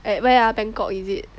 at where ah Bangkok is it